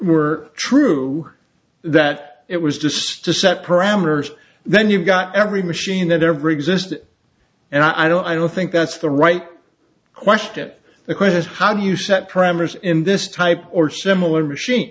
were true that it was just to set parameters then you've got every machine that every existed and i don't i don't think that's the right question the question is how do you set parameters in this type or similar machine